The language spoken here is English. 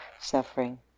suffering